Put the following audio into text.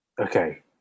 Okay